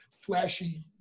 flashy